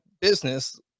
business